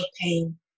pain